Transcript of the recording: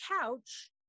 couch